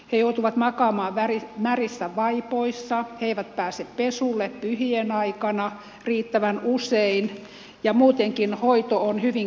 he joutuvat makaamaan märissä vaipoissa he eivät pääse pesulle pyhien aikana riittävän usein ja muutenkin hoito on hyvin kyseenalaista